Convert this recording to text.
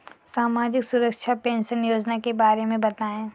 सामाजिक सुरक्षा पेंशन योजना के बारे में बताएँ?